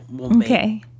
Okay